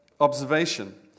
observation